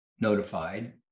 notified